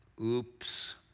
Oops